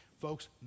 Folks